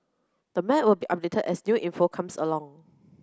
the map will be updated as new info comes along